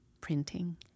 printing